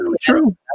true